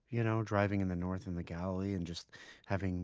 you know driving in the north in the galilee and just having